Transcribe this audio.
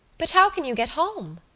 but how can you get home?